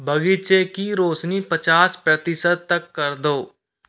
बगीचे की रोशनी पचास प्रतिशत तक कर दो